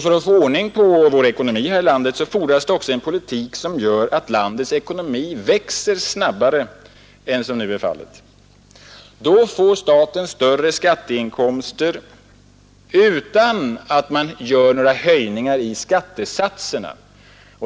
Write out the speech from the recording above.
För att få ordning på vårt lands ekonomi fordras det också en politik, som gör att landets ekonomi växer snabbare än som nu är fallet. Då får staten större skatteinkomster utan att man genomför några höjningar av skattesatserna.